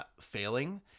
failing